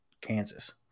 Kansas